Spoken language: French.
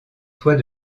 toit